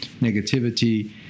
negativity